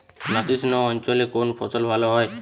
নাতিশীতোষ্ণ অঞ্চলে কোন ফসল ভালো হয়?